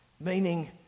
...meaning